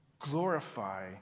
Glorify